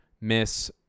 miss